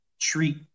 treat